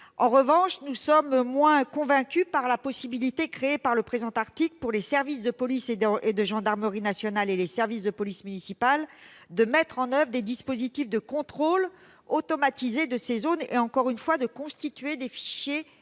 en revanche, moins convaincus par la possibilité créée par le présent article, pour les services de police et de gendarmerie nationales et pour les services de police municipale, de mettre en oeuvre des dispositifs de contrôle automatisé de ces zones et, une nouvelle fois, de constituer des fichiers,